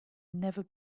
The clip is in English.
never